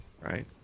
right